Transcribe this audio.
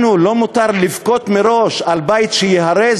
לנו לא מותר לבכות מראש על בית שייהרס?